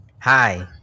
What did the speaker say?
Hi